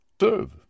serve